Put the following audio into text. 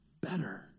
better